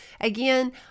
again